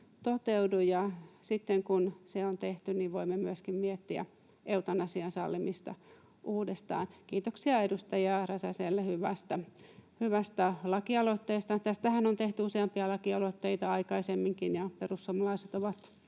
toteudu. Sitten kun se on tehty, niin voimme myöskin miettiä eutanasian sallimista uudestaan. Kiitoksia edustaja Räsäselle hyvästä lakialoitteesta. Tästähän on tehty useampia laki-aloitteita aikaisemminkin, ja perussuomalaiset ovat